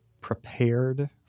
prepared